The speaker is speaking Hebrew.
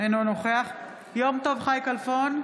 אינו נוכח יום טוב חי כלפון,